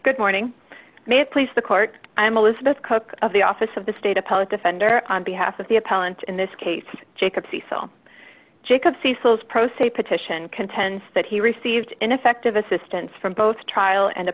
good morning may it please the court i'm elizabeth cook of the office of the state a public defender on behalf of the appellant in this case jacob cecil jacobs cecil's pro se petition contends that he received ineffective assistance from both trial and